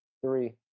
three